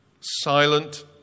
Silent